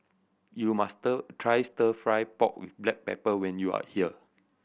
you must stir try Stir Fry pork with black pepper when you are here